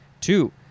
Two